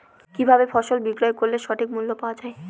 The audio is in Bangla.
কি ভাবে ফসল বিক্রয় করলে সঠিক মূল্য পাওয়া য়ায়?